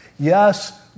Yes